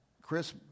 Chris